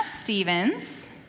Stevens